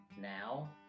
now